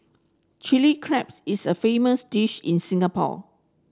Chilli Crabs is a famous dish in Singapore